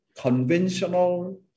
conventional